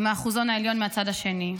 ומהאחוזון העליון מהצד השני.